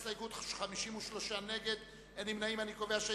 53, נגד, 33, בעד.